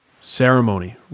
Ceremony